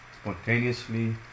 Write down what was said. spontaneously